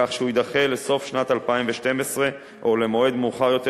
כך שהוא יידחה לסוף שנת 2012 או למועד מאוחר יותר,